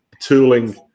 tooling